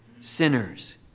sinners